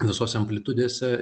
visose amplitudėse